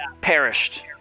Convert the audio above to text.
perished